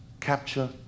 capture